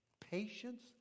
patience